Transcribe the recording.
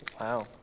Wow